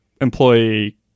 employee